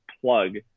plug